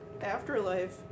afterlife